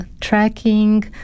tracking